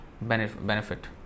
benefit